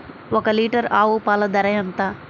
ఒక్క లీటర్ ఆవు పాల ధర ఎంత?